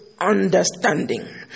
understanding